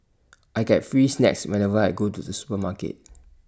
I get free snacks whenever I go to the supermarket